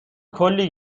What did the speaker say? کلی